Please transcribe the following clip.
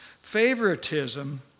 Favoritism